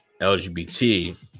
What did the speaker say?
LGBT